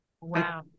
Wow